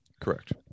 Correct